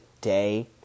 day